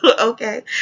Okay